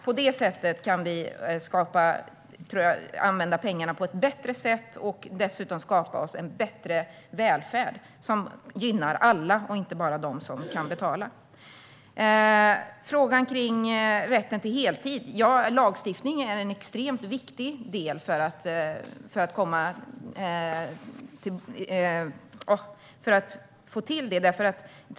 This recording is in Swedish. På det sättet kan vi använda pengarna på ett bättre sätt och dessutom skapa en bättre välfärd som gynnar alla, inte bara dem som kan betala. Sedan var det frågan om rätten till heltid. Lagstiftning är en extremt viktig del för rätt till heltid.